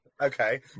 Okay